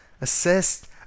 assist